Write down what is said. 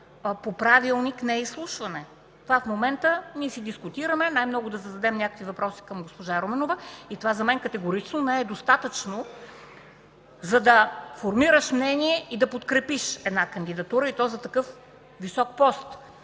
по правилник не е изслушване. В момента ние дискутираме, най-много да зададем някакви въпроси към госпожа Руменова и това за мен категорично не е достатъчно, за да формираш мнение и да подкрепиш една кандидатура, и то за такъв висок пост.